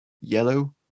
yellow